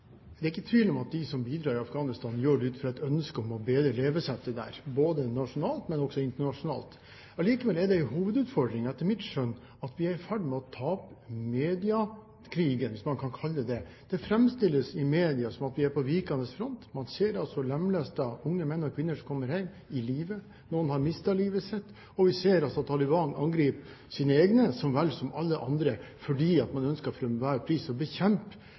Det er ikke tvil om at de som bidrar i Afghanistan, gjør det ut fra et ønske om å bedre levesettet der, både nasjonalt og internasjonalt. Allikevel er det etter mitt skjønn en hovedutfordring at vi er i ferd med å tape mediekrigen, hvis man kan kalle det det. Det framstilles i media som at vi er på vikende front. Man ser lemlestede unge menn og kvinner som kommer hjem i live, noen har mistet livet sitt, og vi ser at Taliban angriper sine egne så vel som alle andre fordi man for enhver pris ønsker å bekjempe